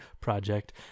project